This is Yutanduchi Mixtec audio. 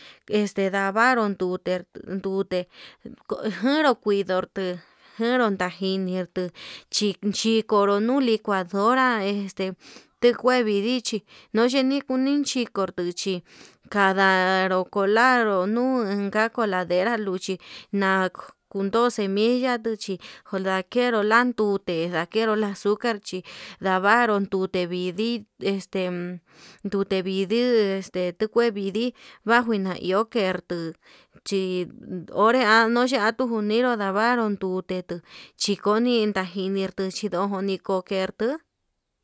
Este ndavaru nduter ndute njo kuanru kindorto, januu ndajirni tuu xhi xhikonru nulii kua dora este nduu kue vidii nuu ye nini xhiko nduchi kaduu lokolaru nuu, inka coladera luchi na kundu cemilla nduchi olankeru lan ndute lakeru nda azucar, chi ndavaru ndute vidii este nrute vidii este ndukue vidii baju na iur kertuu chi ore yanuu atuu niru ndavaru nduu, ndute tuu chikoni itarjini tuu chidojoni kukertuu.